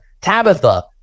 Tabitha